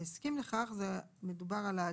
"הסכים לכך" האדם,